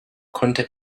konnte